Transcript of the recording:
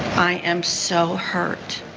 i am so hurt